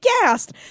gassed